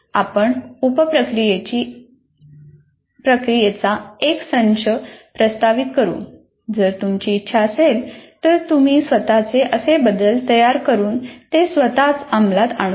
आपण उप प्रक्रियेचा एक संच प्रस्तावित करू जर तुमची इच्छा असेल तर तुम्ही स्वतःचे असे बदल तयार करुन ते स्वतःच अंमलात आणू शकता